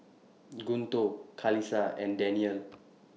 Guntur Qalisha and Daniel